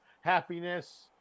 Happiness